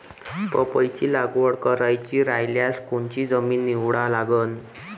पपईची लागवड करायची रायल्यास कोनची जमीन निवडा लागन?